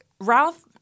Ralph